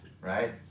right